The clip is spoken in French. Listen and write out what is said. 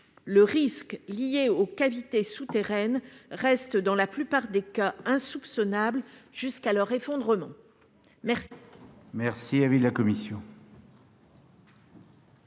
Le risque lié aux cavités souterraines reste, dans la plupart des cas, insoupçonnable jusqu'à ce que l'effondrement